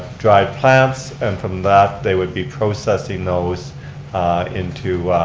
dry plants, and from that they would be processing those into